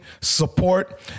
support